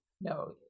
no